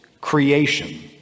creation